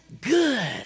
Good